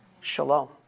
Shalom